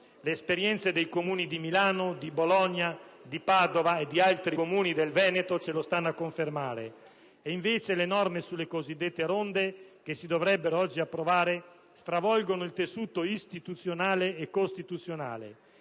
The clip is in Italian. l'esperienza dei Comuni di Milano, Bologna, Padova ed altri Comuni del Veneto lo sta a confermare. Invece, le norme sulle cosiddette ronde che si dovrebbero approvare stravolgono il tessuto istituzionale e costituzionale